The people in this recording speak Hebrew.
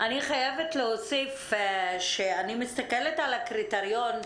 אני חייבת להוסיף שכשאני מסתכלת על הקריטריון,